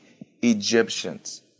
Egyptians